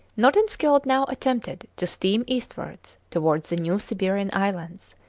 nordenskiold now attempted to steam eastwards towards the new siberian islands,